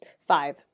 Five